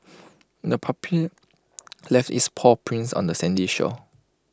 the puppy left its paw prints on the sandy shore